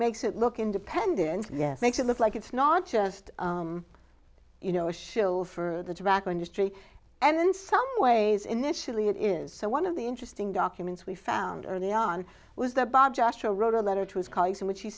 makes it look independent yes makes it look like it's not just you know a shill for the tobacco industry and in some ways initially it is so one of the interesting documents we found early on was that bob joshua wrote a letter to his colleagues in wh